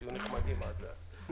תהיו נחמדים עד אז.